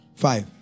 Five